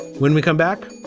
when we come back,